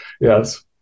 yes